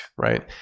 right